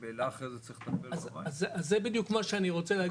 כי ממילא אחרי זה צריך לטפל --- אז זה בדיוק מה שאני רוצה להגיד,